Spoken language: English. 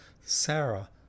Sarah